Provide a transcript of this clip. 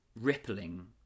rippling